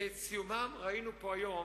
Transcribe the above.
שאת סיומם ראינו פה היום,